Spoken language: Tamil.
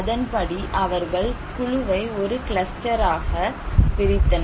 அதன்படி அவர்கள் குழுவை ஒரு கிளஸ்டராகப் பிரித்தனர்